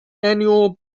annual